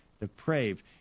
depraved